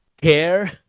care